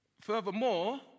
Furthermore